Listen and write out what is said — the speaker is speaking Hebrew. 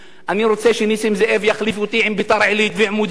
אני רוצה שנסים זאב יחליף אותי עם ביתר-עילית ועם מודיעין,